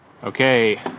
Okay